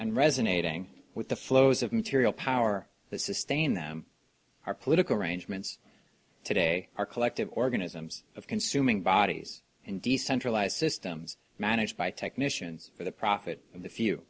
and resonating with the flows of material power the sustain them are political arrangements today our collective organisms of consuming bodies and decentralized systems managed by technicians for the profit of the few